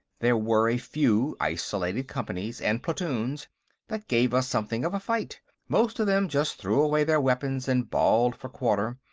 there were a few isolated companies and platoons that gave us something of a fight most of them just threw away their weapons and bawled for quarter.